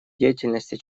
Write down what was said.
деятельности